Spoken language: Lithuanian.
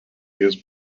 jis